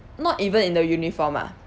not even in the uniform ah